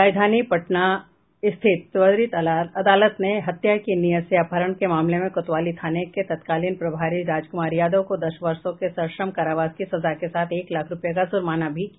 राजधानी पटना स्थित त्वरित अदालत ने हत्या की नीयत से अपहरण के मामले में कोतवाली थाने के तत्कालीन प्रभारी राजकुमार यादव को दस वर्षो के सश्रम कारावास की सजा के साथ एक लाख रुपये का जुर्माना भी किया